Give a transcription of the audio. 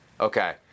Okay